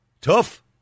Tough